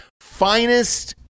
Finest